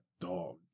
dog